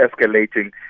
escalating